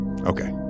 Okay